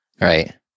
Right